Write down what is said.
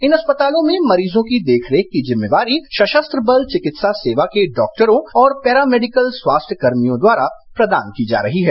इन अस्पतालों में मरीज की देखरेख की जिम्मेवारी सशस्त्र बल चिकित्सा सेवा के डॉक्टरों और पैरामेडिकल स्वास्थ्य कर्मियों द्वारा प्रदान की जा रही है